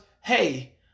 hey